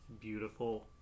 beautiful